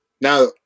Now